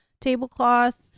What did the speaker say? tablecloth